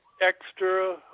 extra